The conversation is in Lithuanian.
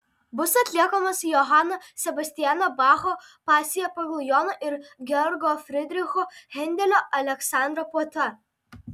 bus atliekamos johano sebastiano bacho pasija pagal joną ir georgo fridricho hendelio aleksandro puota